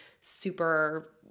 super